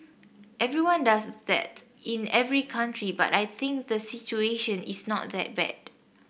everyone does that in every country but I think the situation is not that bad